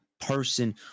person